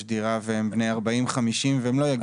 דירה והם בני 50-40 והם לא יגיעו לדירה.